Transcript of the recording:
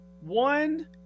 one